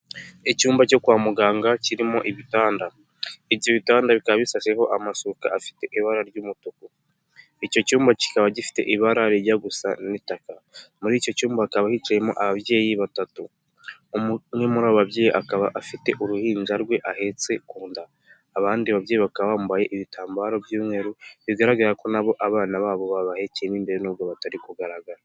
Icyumba cyo kwa muganga kirimo ibitanda, ibyo bitanda bikaba bisasheho amashuka afite ibara ry'umutuku, icyo cyumba kikaba gifite ibara rijya gusa n'itaka muri icyo cyumba hakaba hicayemo ababyeyi batatu, umwe muri abo babyeyi akaba afite uruhinja rwe ahetse ku nda abandi babyeyi baka bambaye ibitambaro by'umweru bigaragara ko nabo abana babo babahekeye mo imbere nubwo batari kugaragara.